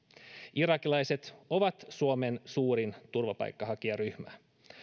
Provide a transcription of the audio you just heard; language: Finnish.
irakilaiset ovat suomen suurin turvapaikanhakijaryhmä